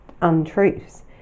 untruths